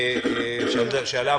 שעליו